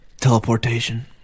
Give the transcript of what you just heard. Teleportation